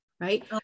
right